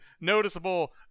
noticeable